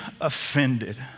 offended